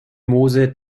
mose